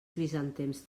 crisantems